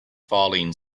falling